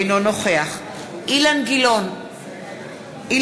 אינו נוכח אילן גילאון,